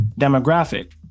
demographic